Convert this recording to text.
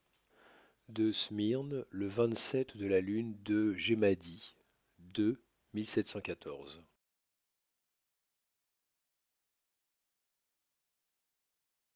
à paris le de la lune de gemmadi